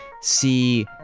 see